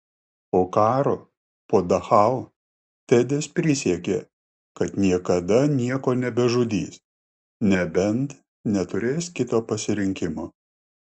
po karo po dachau tedis prisiekė kad niekada nieko nebežudys nebent neturės kito pasirinkimo